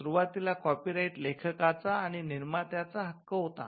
सुरवातीला copyright लेखकाचा आणि निर्मात्याचा हक्क होता